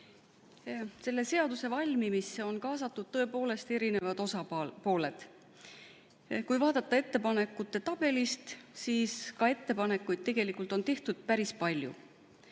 Selle seaduse valmimisse on kaasatud tõepoolest erinevad osapooled. Kui vaadata ettepanekute tabelit, siis ka ettepanekuid on tehtud päris palju.